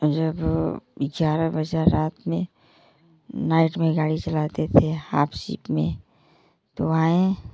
जब ग्यारह बजा रात में नाइट में गाड़ी चलाते थे हाफ शिफ्ट में तो आएँ